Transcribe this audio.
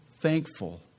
thankful